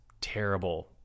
terrible